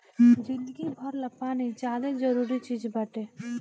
जिंदगी भर ला पानी ज्यादे जरूरी चीज़ बाटे